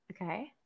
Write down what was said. Okay